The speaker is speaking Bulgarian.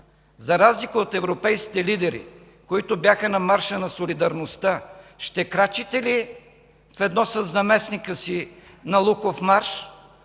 за разлика от европейските лидери, които бяха на Марша на солидарността, ще крачите ли ведно със заместника си на Луковмарш?